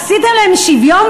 עשיתם להם שוויון,